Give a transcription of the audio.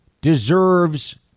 deserves